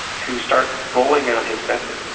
to start rolling out his method,